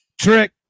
Trick